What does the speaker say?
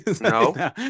No